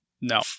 No